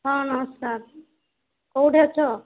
ହଁ ନମସ୍କାର କୋଉଠି ଅଛ